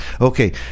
Okay